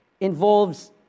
involves